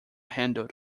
handled